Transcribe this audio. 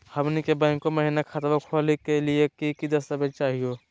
हमनी के बैंको महिना खतवा खोलही के लिए कि कि दस्तावेज चाहीयो?